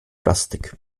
plastik